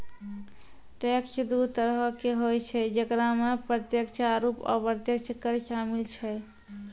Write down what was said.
tax दु तरहो के होय छै जेकरा मे प्रत्यक्ष आरू अप्रत्यक्ष कर शामिल छै